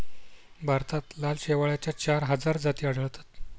भारतात लाल शेवाळाच्या चार हजार जाती आढळतात